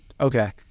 Okay